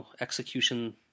execution